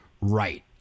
right